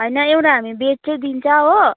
होइन एउटा हामी बेड चाहिँ दिन्छ हो